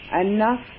enough